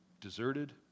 deserted